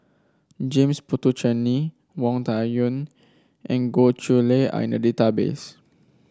James Puthucheary Wang Dayuan and Goh Chiew Lye are in the database